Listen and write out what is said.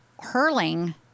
hurling